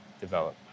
develop